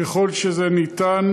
ככל שאפשר,